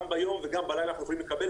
גם ביום וגם בלילה אנחנו יכולים לקבל,